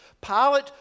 Pilate